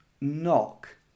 knock